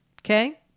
Okay